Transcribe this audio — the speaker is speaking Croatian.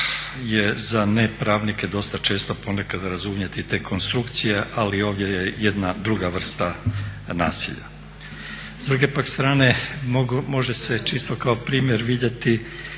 je za nepravnike dosta često ponekad razumjeti te konstrukcije, ali ovdje je jedna druga vrsta nasilja. S druge pak strane može se čisto kao primjer vidjeti